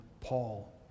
Paul